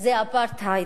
זה אפרטהייד.